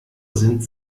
sind